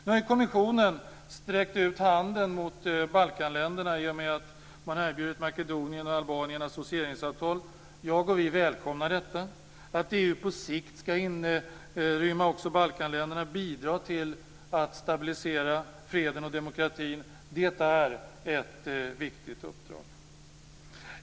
Nu har kommissionen sträckt ut handen mot Balkanländerna i och med att man har erbjudit Makedonien och Albanien associationsavtal. Vi välkomnar detta. Att EU på sikt skall inrymma också Balkanländerna bidrar till att stabilisera freden och demokratin. Det är ett viktigt uppdrag.